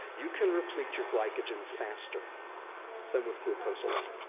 you can replete your glycogen faster than with glucose alone.